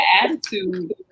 attitude